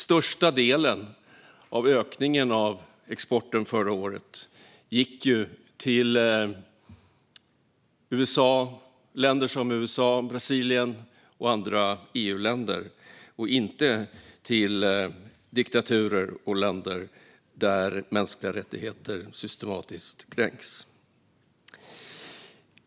Största delen av exporten förra året gick till USA, Brasilien och EU-länder, inte till diktaturer och länder där mänskliga rättigheter systematiskt kränks.